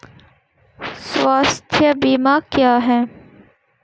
स्वास्थ्य बीमा क्या है?